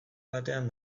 batean